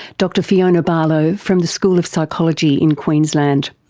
dr fiona barlow from the school of psychology in queensland.